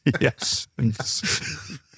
Yes